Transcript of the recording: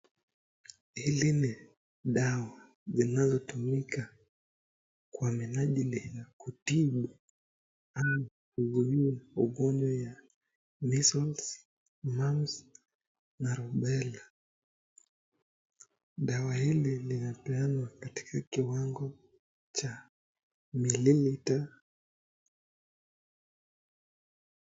Hizi ni dawa zinazotumika kwa minajili ya kutibu au kuzuia ugonjwa ya Measles, mumps na rubela. Dawa hili linapeanwa katika kiwango cha mililita .